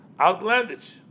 outlandish